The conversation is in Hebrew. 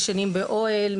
ישנים באוהל,